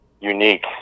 unique